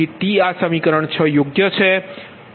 તેથી t આ સમીકરણ 6 યોગ્ય છે